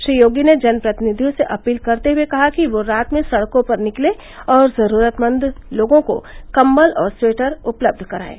श्री योगी ने जन प्रतिनिधियों से अपील करते हुये कहा कि वह रात में सड़कों पर निकलें और जरूरतमंदों को कम्बल और स्वेटर उपलब्ध करायें